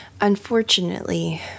Unfortunately